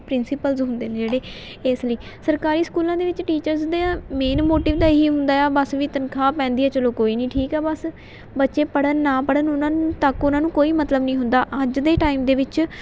principals ਹੁੰਦੇ ਨੇ ਜਿਹੜੇ ਇਸ ਲਈ ਸਰਕਾਰੀ ਸਕੂਲਾਂ ਦੇ ਵਿੱਚ ਟੀਚਰਸ ਦੇ ਮੇਨ ਮੋਟਿਵ ਤਾਂ ਇਹੀ ਹੁੰਦਾ ਆ ਬਸ ਵੀ ਤਨਖਾਹ ਪੈਂਦੀ ਹੈ ਚਲੋ ਕੋਈ ਨਹੀਂ ਠੀਕ ਆ ਬਸ ਬੱਚੇ ਪੜ੍ਹਨ ਨਾ ਪੜ੍ਹਨ ਉਹਨਾਂ ਤੱਕ ਉਹਨਾਂ ਨੂੰ ਕੋਈ ਮਤਲਬ ਨਹੀਂ ਹੁੰਦਾ ਅੱਜ ਦੇ ਟਾਈਮ ਦੇ ਵਿੱਚ